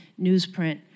newsprint